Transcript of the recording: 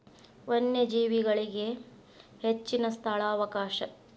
ವನ್ಯಜೇವಿಗಳಿಗೆ ಹೆಚ್ಚಿನ ಸ್ಥಳಾವಕಾಶ